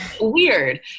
weird